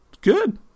good